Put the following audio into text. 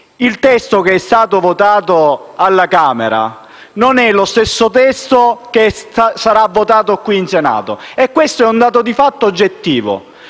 il testo che è stato votato alla Camera non è lo stesso che sarà votato qui in Senato. Questo è un dato di fatto oggettivo.